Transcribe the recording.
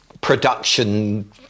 production